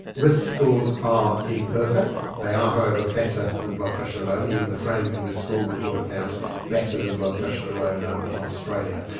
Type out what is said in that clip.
risk scores are imperfect, they are however better than blood pressure alone. even the framingham risk score would work out better than blood pressure alone um in australia.